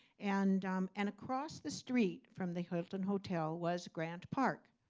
and um and across the street from the hilton hotel was grant park.